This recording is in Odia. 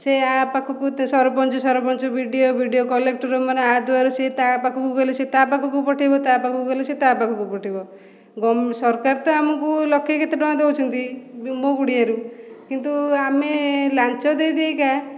ସେ ଆ ପାଖକୁ sarpanch sarpanch B D O B D O କଲେକ୍ଟର୍ମାନେ ଆ ଦୁଆର ସେ ତା' ପାଖକୁ ଗଲେ ସେ ତା' ପାଖକୁ ପଠେଇବ ତା' ପାଖକୁ ଗଲେ ସେ ତା' ପାଖକୁ ପଠେଇବ ଗମ ସରକାର ତ ଆମକୁ ଲକ୍ଷେ କେତେ ଟଙ୍କା ଦେଉଛନ୍ତି ବି ମୋ କୁଡ଼ିଆରୁ କିନ୍ତୁ ଆମେ ଲାଞ୍ଚ ଦେଇ ଦେଇକା